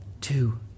Two